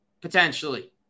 Potentially